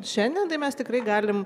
šiandien mes tikrai galim